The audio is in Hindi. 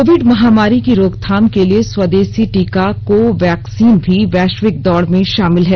कोविड महामारी की रोकथाम के लिए स्वदेशी टीका कोवैक्सीन भी वैश्विक दौड़ में शामिल है